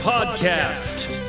Podcast